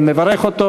אני מברך אותו.